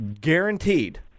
guaranteed